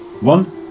one